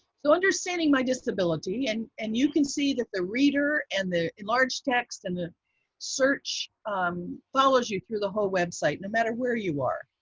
so understanding my disability. and and you can see that the reader and the enlarge text and the search follows you through the whole website, no matter where you are.